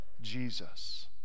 Jesus